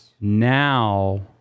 Now